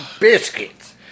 Biscuits